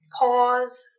Pause